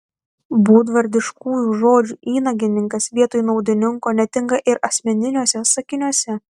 būdvardiškųjų žodžių įnagininkas vietoj naudininko netinka ir asmeniniuose sakiniuose